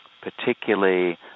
particularly